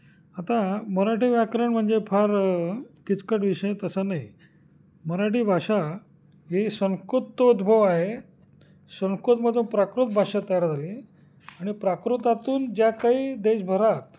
आता मराठी व्याकरण म्हणजे फार किचकट विषय तसं नाही मराठी भाषा ही संस्कृतोद्भव आहे संस्कृतमधून प्राकृत भाषा तयार झाली आणि प्राकृतातून ज्या काही देशभरात